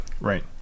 Right